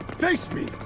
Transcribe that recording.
face me!